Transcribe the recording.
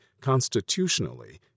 constitutionally